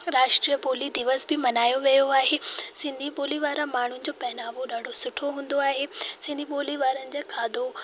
राष्ट्रीय ॿोली दिवस बि मल्हायो वेंदो आहे सिंधी ॿोली वारा माण्हू जो पहनावो बि ॾाढो सुठो हूंदो आहे सिंधी ॿोली वारनि जो खाधो